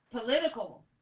Political